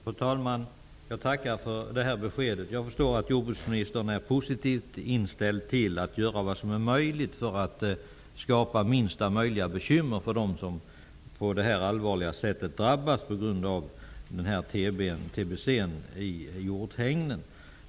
Fru talman! Jag tackar för beskedet. Jag förstår att jordbruksministern är positivt inställd till att göra vad som är möjligt för att skapa minsta möjliga bekymmer för dem som drabbas på detta allvarliga sätt på grund av TBC i hjorthägnen.